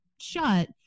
shut